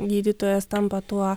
gydytojas tampa tuo